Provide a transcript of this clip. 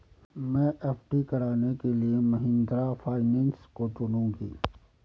मैं एफ.डी कराने के लिए महिंद्रा फाइनेंस को चुनूंगी